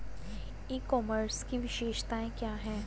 ई commerce की विशेषताएं क्या हैं?